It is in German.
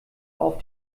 auf